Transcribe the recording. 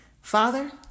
Father